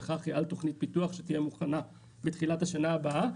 וחח"י על תוכנית פיתוח שתהיה מוכנה בתחילת השנה הבאה,